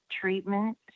treatment